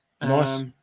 Nice